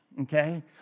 Okay